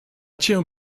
cię